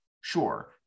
Sure